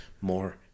more